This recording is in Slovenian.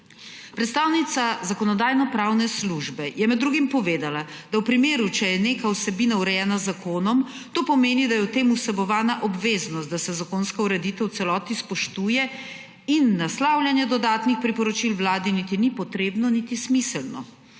Predstavnica Zakonodajno-pravne službe je med drugim povedala, da v primeru, če je neka vsebina urejena z zakonom, to pomeni, da je v tem vsebovana obveznost, da se zakonsko ureditev v celoti spoštuje in naslavljanje dodatnih priporočil Vladi niti ni potrebno, niti smiselno.